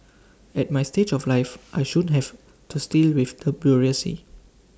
at my stage of life I shun having tooth deal with the bureaucracy